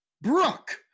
Brooke